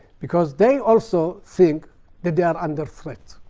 because they also think that they are under threat.